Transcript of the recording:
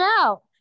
out